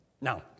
Now